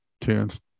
tunes